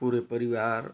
पूरे परिवार